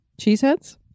Cheeseheads